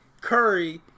Curry